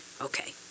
Okay